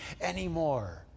anymore